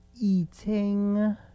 eating